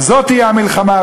על זאת תהיה המלחמה,